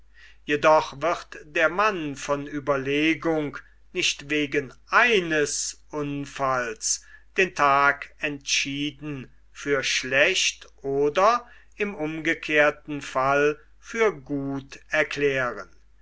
jedoch wird der mann von ueberlegung nicht wegen eines unfalls den tag entschieden für schlecht oder im umgekehrten fall für gut erklären